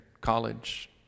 college